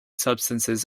substances